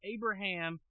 Abraham